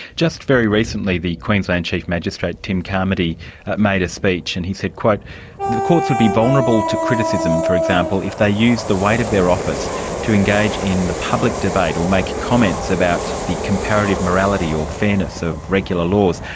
just very recently the queensland chief magistrate tim carmody made a speech and he said, the courts would be vulnerable to criticism, for example, if they used the weight of their office to engage in the public debate or make comments about the comparative morality or fairness of regular laws,